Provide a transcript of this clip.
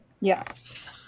Yes